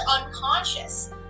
unconscious